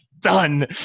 done